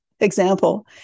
Example